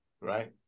right